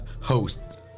host